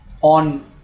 on